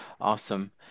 awesome